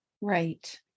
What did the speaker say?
Right